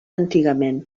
antigament